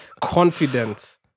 confidence